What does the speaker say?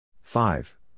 Five